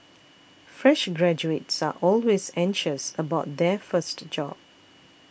fresh graduates are always anxious about their first job